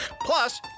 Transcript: Plus